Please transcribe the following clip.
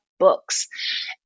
books